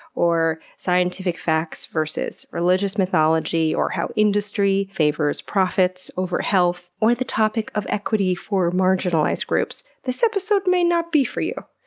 or scientific facts versus religious mythology, or how industry favors profits over health, health, or the topic of equity for marginalized groups, this episode may not be for you.